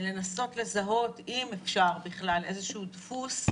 לנסות לזהות, אם אפשר בכלל, איזשהו דפוס,